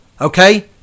Okay